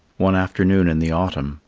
one afternoon in the autumn,